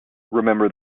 remember